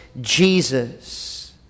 Jesus